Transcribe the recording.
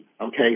okay